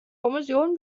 kommission